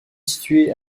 situé